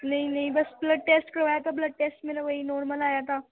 نہیں نہیں بس بلڈ ٹیسٹ کروایا تھا بلڈ ٹیسٹ میرا وہی نارمل آیا تھا